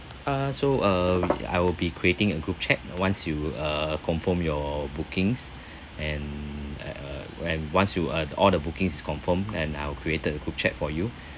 uh so uh I will be creating a group chat once you uh confirm your bookings and uh and once you uh all the booking's confirm and I'll created the group chat for you